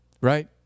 Right